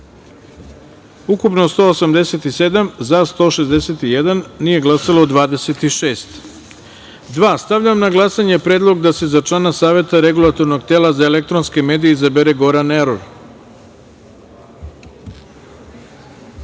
ukupno – 187, za – 161, nije glasalo – 26.Stavljam na glasanje predlog da se za člana Saveta Regulatornog tela za elektronske medije izabere Goran